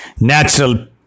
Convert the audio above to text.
natural